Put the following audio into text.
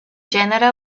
gènere